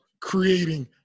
creating